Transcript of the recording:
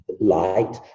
light